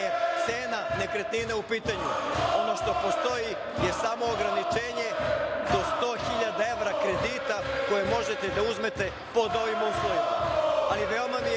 cena nekretnina u pitanju. Ono što postoji je samo ograničenje do 100.000 evra kredita koji možete da uzmete pod ovim uslovima. Veoma mi je